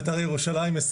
ביתר ירושלים,